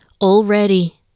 already